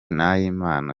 nahimana